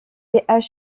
des